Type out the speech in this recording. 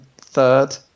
Third